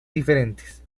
diferentes